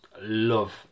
love